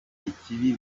ikibi